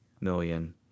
million